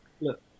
look